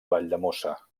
valldemossa